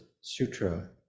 Sutra